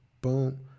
boom